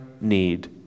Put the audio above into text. need